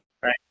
right